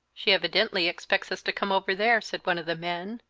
she evidently expects us to come over there, said one of the men,